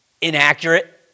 inaccurate